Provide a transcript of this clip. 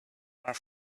are